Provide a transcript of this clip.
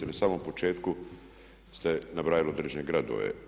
Na samom početku ste nabrajali određene gradove.